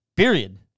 period